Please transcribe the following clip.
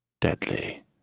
deadly